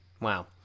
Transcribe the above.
Wow